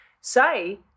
say